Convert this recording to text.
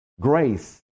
grace